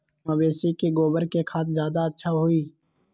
मवेसी के गोबर के खाद ज्यादा अच्छा होई?